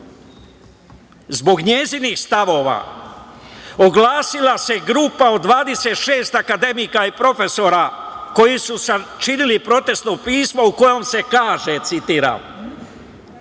Zbog njenih stavova, oglasila se grupa od 26 akademika i profesora koji su sačinili protesno pismo u kojem se kaže, citiram: